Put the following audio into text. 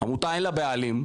עמותה אין לה בעלים.